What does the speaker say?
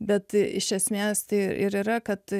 bet iš esmės tai ir yra kad